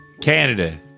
Canada